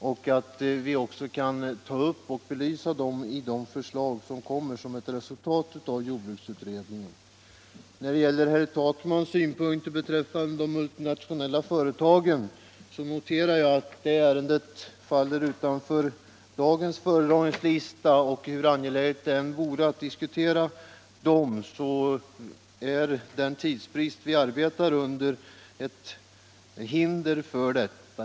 Vi får därmed tillfälle till en samlad belysning av de förslag som blir resultatet av jordbruksutredningens arbete. När det gäller herr Takmans synpunkter beträffande de multinationella företagen noterar jag att det ärendet faller utanför dagens föredragningslista. Hur angeläget det än vore att diskutera dessa frågor så är den tidsbrist som vi arbetar under ett hinder härför.